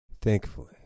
Thankfully